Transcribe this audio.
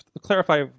clarify